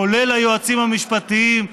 כולל היועצים המשפטיים,